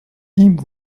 ihm